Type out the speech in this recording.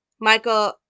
Michael